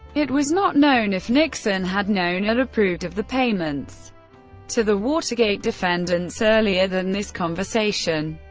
it was not known if nixon had known and approved of the payments to the watergate defendants earlier than this conversation.